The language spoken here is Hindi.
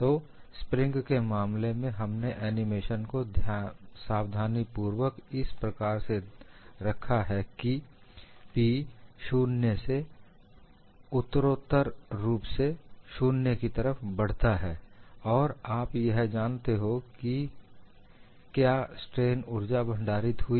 तो स्प्रिंग के मामले में हमने एनिमेशन को सावधानीपूर्वक इस प्रकार से रखा है कि P शून्य से उत्तरोत्तर रूप से बढ़ता है और आप यह जानते हो कि क्या स्ट्रेन ऊर्जा भंडारित हुई